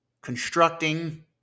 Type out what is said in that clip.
constructing